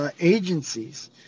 agencies